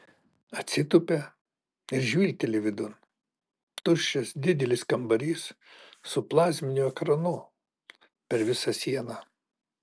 atsitūpia ir žvilgteli vidun tuščias didelis kambarys su plazminiu ekranu per visą sieną